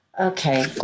okay